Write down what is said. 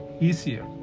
easier